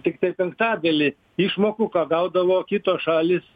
tiktai penktadalį išmokų ką gaudavo kitos šalys